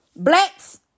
blacks